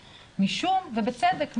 ובצדק,